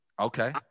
Okay